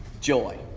joy